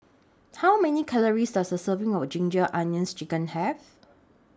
How Many Calories Does A Serving of Ginger Onions Chicken Have